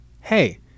Hey